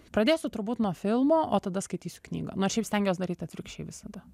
pradėsiu turbūt nuo filmo o tada skaitysiu knygą nu aš šiaip stengiuos daryti atvirkščiai visada